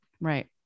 Right